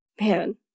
Man